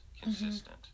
consistent